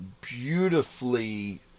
beautifully